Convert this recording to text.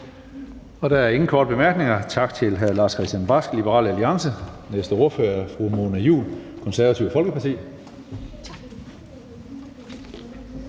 Der er ingen korte bemærkninger. Tak til hr. Lars-Christian Brask, Liberal Alliance. Den næste ordfører er fru Mona Juul, Det Konservative Folkeparti. Kl.